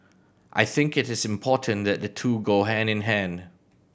I think it is important that the two go hand in hand